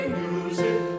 music